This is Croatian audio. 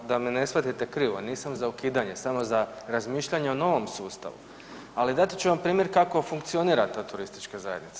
Pa da me ne shvatite krivo, nisam za ukidanje samo za razmišljanje o novom sustavu, ali dati ću vam primjer kako funkcionira ta turistička zajednica.